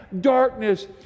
darkness